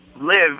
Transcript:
live